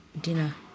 dinner